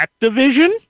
Activision